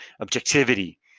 objectivity